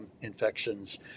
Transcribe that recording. infections